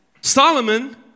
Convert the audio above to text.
Solomon